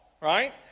right